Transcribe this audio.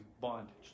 bondage